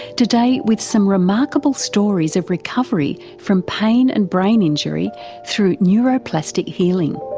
today with some remarkable stories of recovery from pain and brain injury through neuroplastic healing.